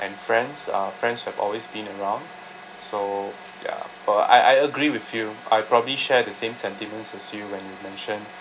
and friends uh friends who have always been around so ya but I I agree with you I probably share the same sentiments as you when mention